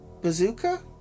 Bazooka